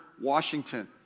Washington